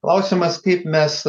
klausimas kaip mes